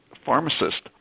pharmacist